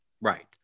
Right